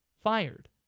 fired